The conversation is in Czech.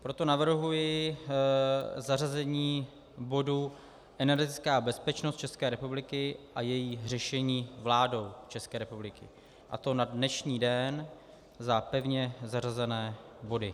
Proto navrhuji zařazení bodu Energetická bezpečnost České republiky a její řešení vládou České republiky, a to na dnešní den za pevně zařazené body.